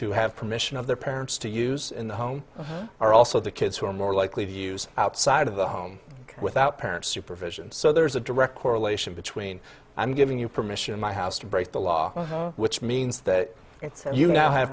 who have permission of their parents to use in the home are also the kids who are more likely to use outside of the home without parents supervision so there's a direct correlation between i'm giving you permission in my house to break the law which means that you now have